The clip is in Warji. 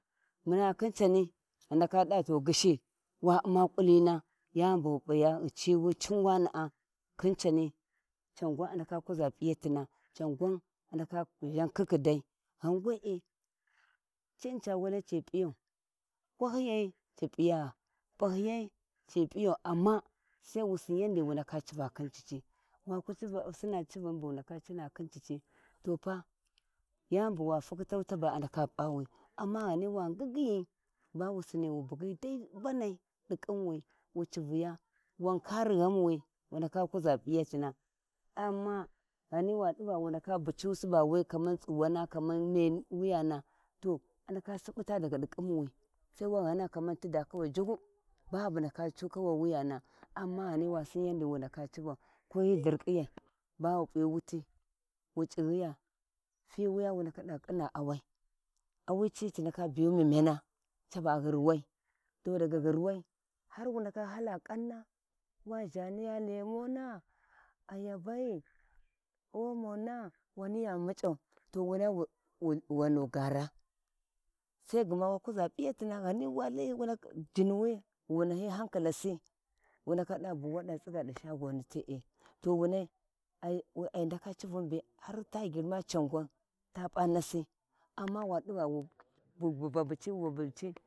Muna khin cani ghi ndaka davar to ghishi wa muna ƙulina yan ɓughi p'iya ghi civi cinwava khin cavi can gwaa a ndaka kuʒa p'iyatina can gwan a ndaka zhan ƙiƙƙidai ghan wee cini ca waci P'iyan waliyai a p'iya p'ahiyai ci p'iyau amma, sai wu sin yandi wu ndaka civa khun ccici waku sina civa bu wu ndaka cina khi cicci yani bu wa fukhitau obu ndaka P'awi amma ghani, wa ngi ngiyi wu Sinni wu bugyi dai mbanai di ƙinwi wu civiya wa kari ghawi wu ndaka wu ndaka kuʒa P'iyatina amma, wa diva wu ndaka bacisi ba we kaman tsuwano kaman a ndaka siɓɓuta aga di khuwisai wa ghana kaman ti da kawa jiggub ba bu ndaka siɓɓuta daga di di khusisai wa ghana kamanti da kawa jiggub ba bu ndaka cu kawai wayana amma wa sin yandi wi nda civau kali lthifiyai ba p'i wuti wu c'ighiya tiwiya wu daka da ƙinna awai awi ci ci ndaka biyu mi mayna caba ghurwai daga ghurwai har wu ndaka hada kanna wa zha niya lemona ayabai onona wani muc'au to wani muc'ai to wana wa gham gaara, sai gma wa kuʒa p'iyatina ghani wa kayi jiniwi, wu na harkalasi wa dibu wada tsiga di shagoni tee to wunai ai ndaka civun bee har ta girma caa gwau ta p'a nasi amma wa diva wu baci wu babuci.